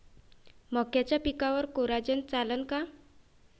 मक्याच्या पिकावर कोराजेन चालन का?